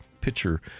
pitcher